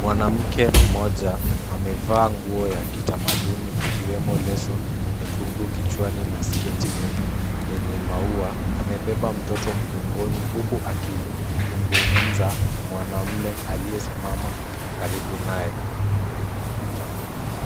Mwanamke mmoja amevaa nguo ya kitamaduni ikiwemo leso nyekundu kichwani na sketi yenye maua. Amebeba mtoto mgongoni huku akizungumza na mwanamume aliyesimama karibu naye.